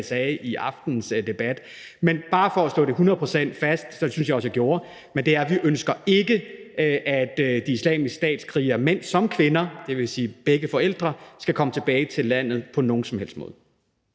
sagde i aftenens debat. Men bare for at slå det hundrede procent fast – det syntes jeg også jeg gjorde – ønsker vi ikke, at Islamisk Stats krigere, mænd som kvinder, det vil sige begge forældre, skal komme tilbage til landet på nogen som helst måde.